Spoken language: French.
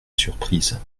surprise